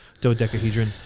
Dodecahedron